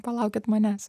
palaukit manęs